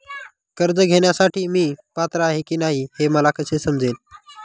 कर्ज घेण्यासाठी मी पात्र आहे की नाही हे मला कसे समजेल?